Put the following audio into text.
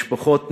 משפחות נהרסות,